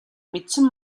мэдсэн